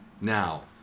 now